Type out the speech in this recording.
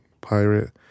Pirate